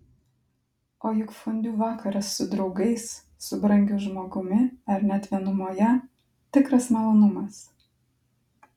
o juk fondiu vakaras su draugais su brangiu žmogumi ar net vienumoje tikras malonumas